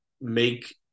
make